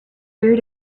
reared